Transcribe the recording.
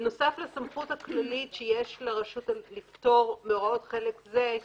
בנוסף לסמכות הכללית שיש לרשות לפטור מהוראות חלק זה,